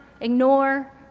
ignore